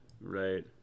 right